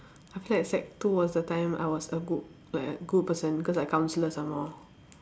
I feel like sec two was the time I was a good like a good person cause I counsellor some more